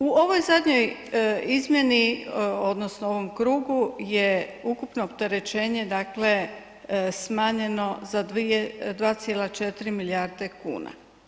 U ovoj zadnjoj izmjeni odnosno ovom krugu je ukupno opterećenja, dakle smanjeno za 2,4 milijarde kuna.